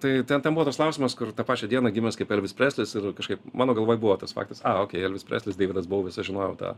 tai ten buvo toks klausimas kur tą pačią dieną gimęs kaip elvis preslis ir kažkaip mano galvoj buvo tas faktas a okei elvis preslis deividas bouvis aš žinojau tą